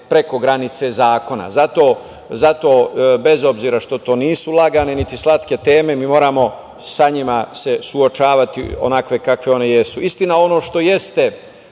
preko granice zakona. Zato, bez obzira što to nisu lagane, niti slatke teme, mi moramo sa njima se suočavati onakve kakve one jesu. Istina, ono što jeste